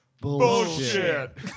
bullshit